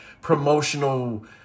promotional